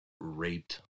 raped